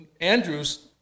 Andrew's